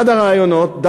אחד הרעיונות,